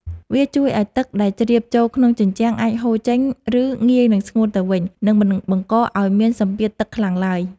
វាជួយឱ្យទឹកដែលជ្រាបចូលក្នុងជញ្ជាំងអាចហូរចេញ ឬ ងាយនឹងស្ងួតទៅវិញ និង មិនបង្កឱ្យមានសម្ពាធទឹកខ្លាំងឡើយ។